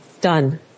Done